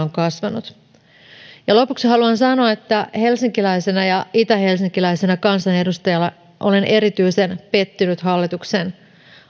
on kasvanut lopuksi haluan sanoa että helsinkiläisenä ja itähelsinkiläisenä kansanedustajana olen erityisen pettynyt hallituksen